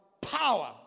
power